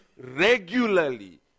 regularly